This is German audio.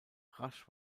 rasch